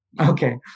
Okay